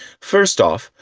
first off,